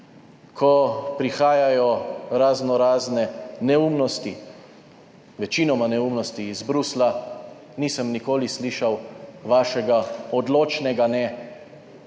Ko prihajajo razno razne neumnosti, večinoma neumnosti iz Bruslja, nisem nikoli slišal vašega odločnega NE bivšemu